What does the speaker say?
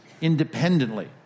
independently